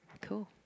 Cool